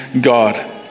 God